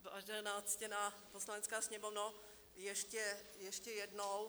Vážená ctěná Poslanecká sněmovno, ještě jednou.